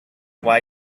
why